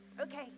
Okay